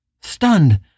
Stunned